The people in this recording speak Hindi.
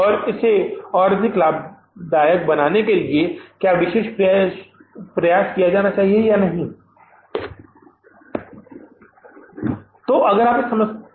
और इसे और अधिक लाभदायक बनाने के लिए क्या विशेष प्रयास किया जाना चाहिए इसलिए या वास्तव में हमें इसे लाभदायक बनाने के लिए किया जाना चाहिए या नहीं